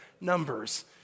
Numbers